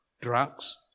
drugs